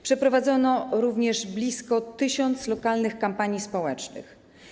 Przeprowadzono również blisko 1 tys. lokalnych kampanii społecznych.